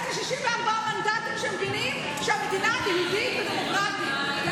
יש לי 64 מנדטים שמבינים שהמדינה יהודית ודמוקרטית.